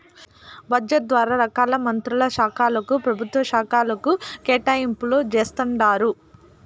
budget ద్వారా రకాల మంత్రుల శాలకు, పెభుత్వ శాకలకు కేటాయింపులు జేస్తండారు